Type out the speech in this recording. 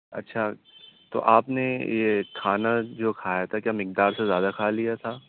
اچھا تو آپ نے یہ کھانا جو کھایا تھا کیا مقدار سے زیادہ کھا لیا تھا